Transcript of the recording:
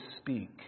speak